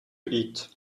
eat